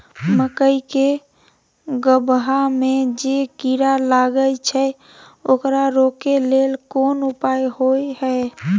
मकई के गबहा में जे कीरा लागय छै ओकरा रोके लेल कोन उपाय होय है?